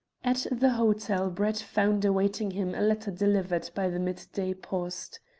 at the hotel brett found awaiting him a letter delivered by the midday post.